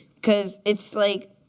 because it's, like,